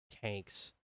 tanks